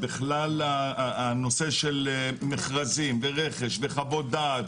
בכלל הנושא של מכרזים ורכש וחוות דעת,